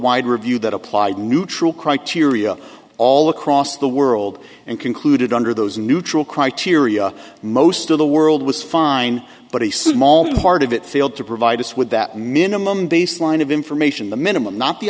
wide review that applied neutral criteria all across the world and concluded under those neutral criteria most of the world was fine but he said part of it failed to provide us with that minimum baseline of information the minimum not the